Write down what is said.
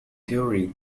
theory